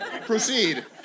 Proceed